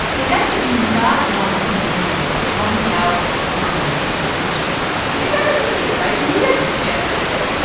they definitely do not want some journalists coming out and poking around, which is exactly what you did, right, julia? yes, i did.